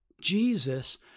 jesus